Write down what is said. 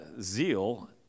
zeal